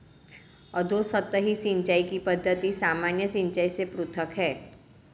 अधोसतही सिंचाई की पद्धति सामान्य सिंचाई से पृथक है